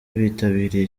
bitabiriye